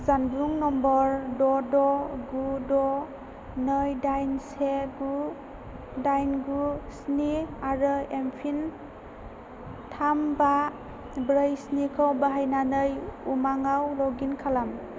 जानबुं नम्बर द' द' गु द' नै डाइन से गु डाइन गु स्नि आरो एम पिन थाम बा ब्रै स्निखौ बाहायनानै उमाङाव लग इन खालाम